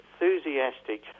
enthusiastic